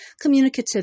communicative